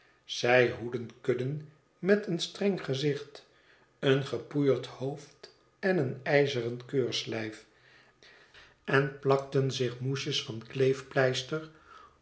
zij hoedden kudden met een streng gezicht een gepoeierd hoofd en een ijzeren keurslijf en plakten zich moesjes van kleefpleister